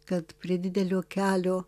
kad prie didelio kelio